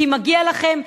כי מגיע לכם,